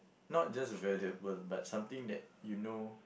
not just valuable but something that you know